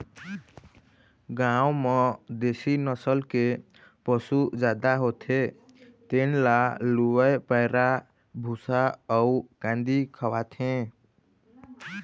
गाँव म देशी नसल के पशु जादा होथे तेन ल लूवय पैरा, भूसा अउ कांदी खवाथे